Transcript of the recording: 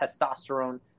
testosterone